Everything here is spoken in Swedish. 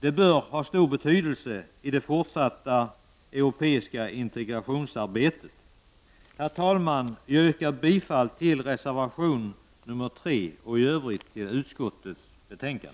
Det bör ha stor betydelse i det fortsatta europeiska integrationsarbetet. Herr talman! Jag yrkar bifall till reservation 3 och i övrigt till utskottets hemställan.